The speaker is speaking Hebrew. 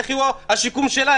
איך יהיה השיקום שלה,